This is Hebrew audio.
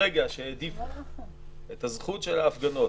ברגע שהעדיפו את הזכות להפגנות,